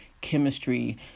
chemistry